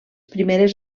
primeres